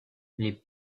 les